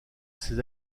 ses